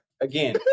Again